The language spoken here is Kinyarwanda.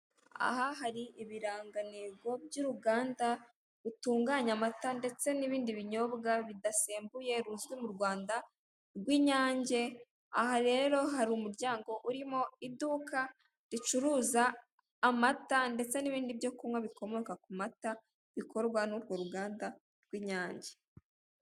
Aha hari ibirangantego by'uruganda rutunganya amata ndetse n'ibindi binyobwa bidasembuye ruzwi mu Rwanda rw'Inyange, aha rero hari umuryango urimo iduka ricuruza amata ndetse n'ibindi byo kunywa bikomoka ku mata bikorwa n'uro ruganda rw'Inyange.